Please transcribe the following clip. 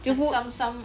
就 food